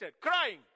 crying